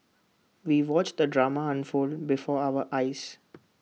we watched the drama unfold before our eyes